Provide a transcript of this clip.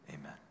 Amen